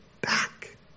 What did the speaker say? back